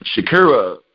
Shakira